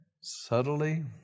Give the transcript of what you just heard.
subtly